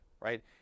right